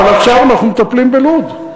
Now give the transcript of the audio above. אבל עכשיו אנחנו מטפלים בלוד,